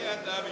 מי אתה בשבילו?